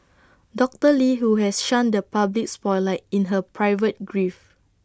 doctor lee who has shunned the public spotlight in her private grief